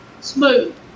smooth